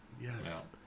Yes